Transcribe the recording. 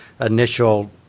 initial